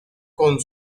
con